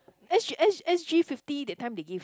S S_G S_G fifty that time they give